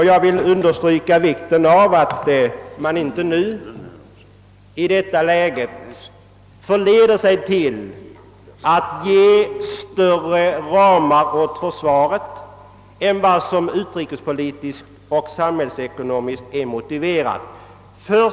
Jag vill understryka vikten av att man i detta läge inte förledes till att ge större ramar åt försvaret än vad som utrikespolitiskt och samhällsekonomiskt är motiverat.